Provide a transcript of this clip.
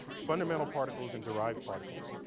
fundamental particles and derived particles.